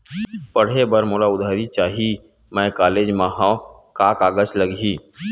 पढ़े बर मोला उधारी चाही मैं कॉलेज मा हव, का कागज लगही?